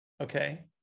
okay